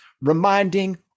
reminding